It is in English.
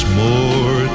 more